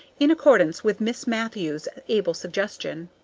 in accordance with miss matthew's able suggestion.